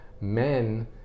men